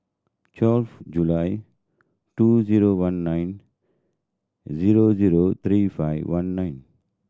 twelve July two zero one nine zero zero three five one nine